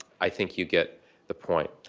i think you get the point.